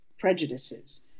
prejudices